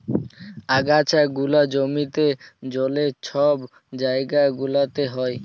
আগাছা গুলা জমিতে, জলে, ছব জাইগা গুলাতে হ্যয়